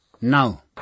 Now